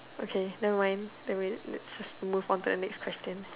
okay nevermind can we like let's just move on to the next question